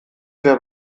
der